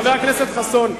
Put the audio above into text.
חבר הכנסת חסון,